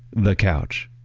the couch.